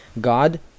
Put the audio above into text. God